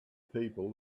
people